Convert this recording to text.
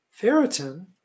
ferritin